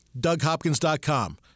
DougHopkins.com